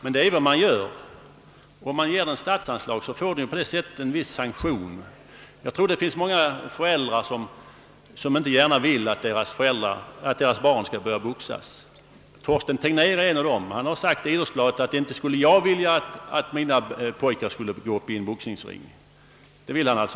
Men det är vad man bidrar till, om man ger boxningen statsanslag. Då får den en viss sanktion. Jag tror det finns många föräldrar som inte gärna vill att deras barn skall boxas. Torsten Tegnér är en av dem. Han har i Idrottsbladet sagt att han inte skul le vilja, att hans pojkar går upp i en boxningsring.